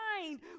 mind